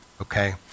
Okay